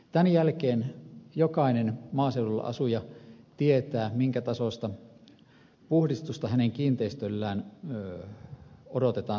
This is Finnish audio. tämän jälkeen jokainen maaseudulla asuja tietää minkä tasoista puhdistusta hänen kiinteistöltään odotetaan